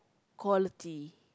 quality